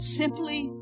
simply